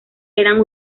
eran